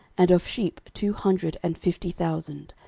and of sheep two hundred and fifty thousand,